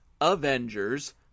Avengers